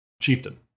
Chieftain